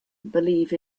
believe